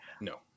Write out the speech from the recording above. No